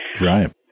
Right